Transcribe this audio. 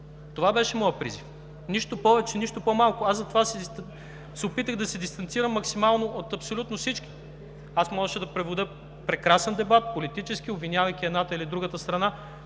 Това беше моят призив. Нищо повече, нищо по-малко. Аз затова се опитах да се дистанцирам максимално от абсолютно всичко. Аз можеше да проведа прекрасен дебат политически, обвинявайки едната или другата страна,